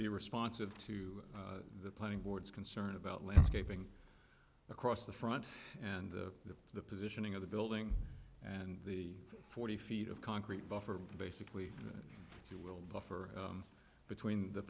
be responsive to the planning boards concerned about landscaping across the front and the positioning of the building and the forty feet of concrete buffer basically the world buffer between the